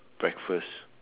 breakfast